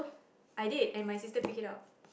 I did and my sister picked it up